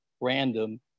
random